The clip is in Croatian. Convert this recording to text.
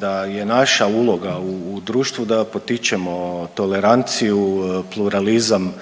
da je naša uloga u društvu da potičemo toleranciju, pluralizam